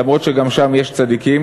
למרות שגם שם יש צדיקים,